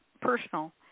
personal